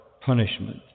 punishment